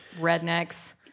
rednecks